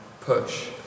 push